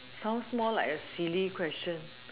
sounds more like a silly question